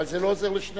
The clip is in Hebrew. אבל זה לא עוזר לשנינו.